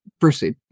proceed